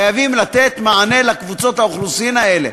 חייבים לתת מענה לקבוצות האוכלוסין האלה.